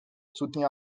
soutenir